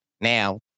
now